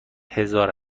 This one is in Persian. هزار